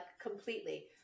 completely